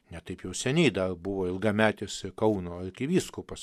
ne taip jau seniai dar buvo ilgametis kauno arkivyskupas